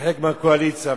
כחלק מהקואליציה,